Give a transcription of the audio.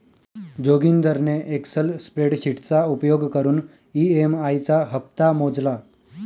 जोगिंदरने एक्सल स्प्रेडशीटचा उपयोग करून ई.एम.आई चा हप्ता मोजला